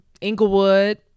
Inglewood